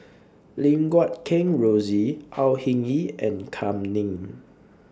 Lim Guat Kheng Rosie Au Hing Yee and Kam Ning